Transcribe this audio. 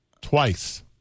Twice